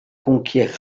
conquiert